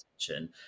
attention